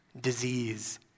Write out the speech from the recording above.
disease